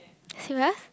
serious